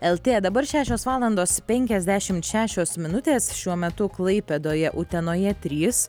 lt dabar šešios valandos penkiasdešimt šešios minutės šiuo metu klaipėdoje utenoje trys